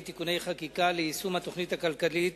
(תיקוני חקיקה ליישום התוכנית הכלכלית